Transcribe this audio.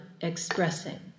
expressing